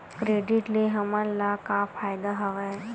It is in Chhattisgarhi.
क्रेडिट ले हमन ला का फ़ायदा हवय?